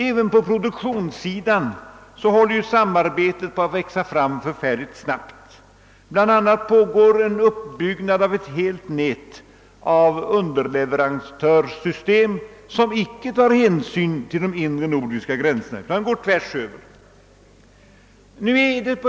Även på produktionssidan håller samarbetet på att växa fram mycket snabbt; bl.a. pågår en uppbyggnad av ett helt nät av underleverantörer, som inte tar hänsyn till de inre nordiska gränserna utan går tvärs över dem.